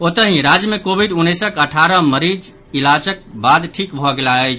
ओतहि राज्य मे कोविड उन्नैसक अठारह मरीज इलाजक बाद ठिक भऽ गेलाह अछि